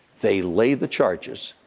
they lay the charges,